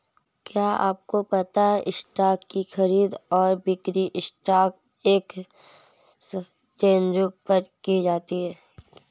क्या आपको पता है स्टॉक की खरीद और बिक्री स्टॉक एक्सचेंजों पर की जाती है?